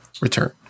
Return